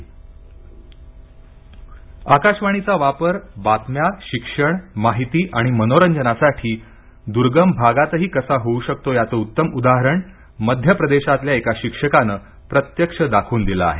मध्य Pradesh COVID FM शाळा आकाशवाणीचा वापर बातम्या शिक्षण माहिती आणि मनोरंजनासाठी दूर्गम भागातही कसा होऊ शकतो याचं उत्तम उदाहरण मध्य प्रदेशातल्या एका शिक्षकाने प्रत्यक्ष दाखवून दिलं आहे